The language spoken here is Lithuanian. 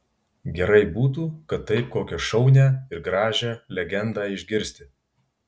gerai būtų kad taip kokią šaunią ir gražią legendą išgirsti